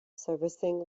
servicing